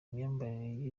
imyambarire